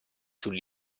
sul